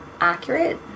accurate